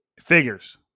Figures